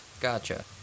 Gotcha